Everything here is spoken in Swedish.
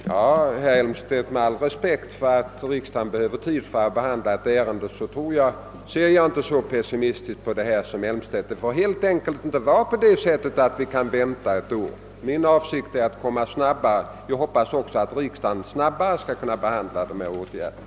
Herr talman! Ja, herr Elmstedt, med all respekt för att riksdagen behöver tid för att behandla ett ärende ser jag inte så pessimistiskt på detta som herr Elmstedt gör. Det får helt enkelt inte bli så, att vi väntar ett år med avgörandet av denna fråga, utan vi måste gå snabbare fram. Jag hoppas också att riksdagen skall kunna ge denna fråga en snabb behandling.